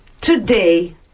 today